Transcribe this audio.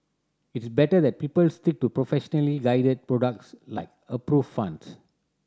it's better that people stick to professionally guided products like approved funds